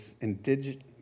indigenous